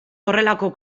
horrelako